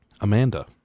amanda